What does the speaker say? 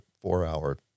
four-hour